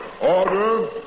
Order